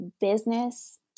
business